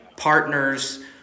Partners